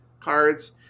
cards